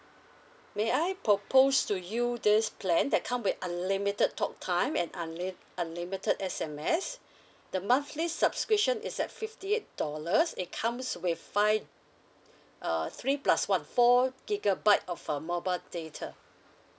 may I propose to you this plan that come with unlimited talktime and unli~ unlimited S_M_S the monthly subscription is at fifty eight dollars it comes with five uh three plus one four gigabyte of uh mobile data